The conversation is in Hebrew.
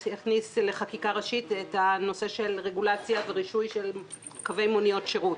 שהכניס לחקיקה ראשית את הנושא של רגולציה ורישוי של קווי מוניות שירות.